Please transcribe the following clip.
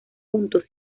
juntos